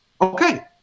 Okay